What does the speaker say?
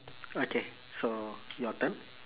okay so your turn